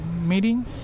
meeting